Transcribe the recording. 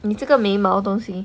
你这个眉毛东西